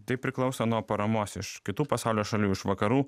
tai priklauso nuo paramos iš kitų pasaulio šalių iš vakarų